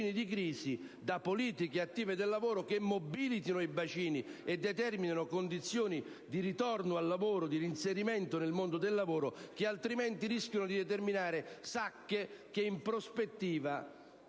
di crisi, da politiche attive del lavoro che mobilitino i bacini e determinino condizioni di reinserimento nel mondo del lavoro, altrimenti rischiano di provocare sacche che in prospettiva